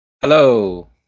Hello